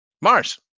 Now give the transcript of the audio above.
Mars